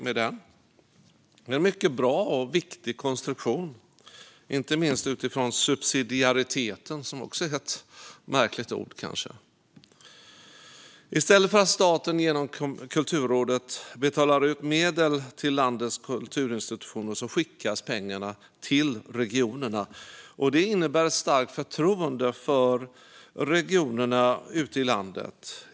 Det är en mycket bra och viktig konstruktion, inte minst utifrån subsidiariteten som kanske också är ett märkligt ord. I stället för att staten genom Kulturrådet betalar ut medel till landets kulturinstitutioner skickas pengarna till regionerna. Det innebär ett starkt förtroende för regionerna ute i landet.